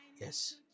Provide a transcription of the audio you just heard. Yes